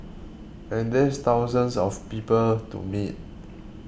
and there's thousands of people to meet